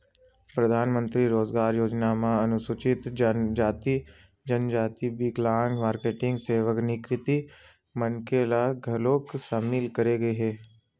परधानमंतरी रोजगार योजना म अनुसूचित जनजाति, जनजाति, बिकलांग, मारकेटिंग, सेवानिवृत्त मनखे ल घलोक सामिल करे गे हे